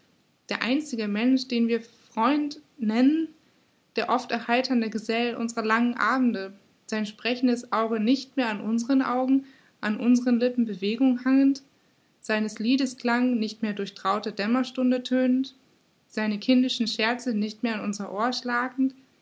der einzige mensch den wir freund nennen der oft erheiternde gesell unserer langen abende sein sprechendes auge nicht mehr an unsern augen an unserer lippen bewegung hangend seines liedes klang nicht mehr durch traute dämmerstunde tönend seine kindischen scherze nicht mehr an unser ohr schlagend